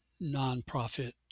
non-profit